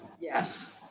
Yes